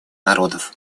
народов